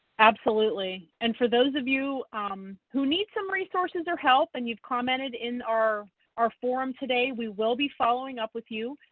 absolutely, and for those of you who need some resources or help and you've commented in our our forum today, we will be following up with you.